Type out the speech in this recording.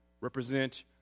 represent